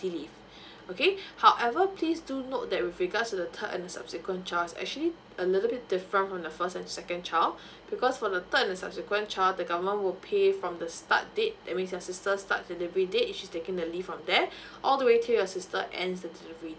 leave okay however please do note that with regards to the third and subsequent child it's actually a little bit different from the first and second child because for the third and the subsequent child the government will pay from the start date that means your sister start delivery date it should taken the leave from there all the way to your sister end the delivery